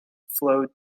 flowed